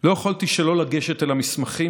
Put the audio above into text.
לא יכולתי שלא לגשת אל המסמכים,